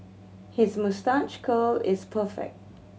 his moustache curl is perfect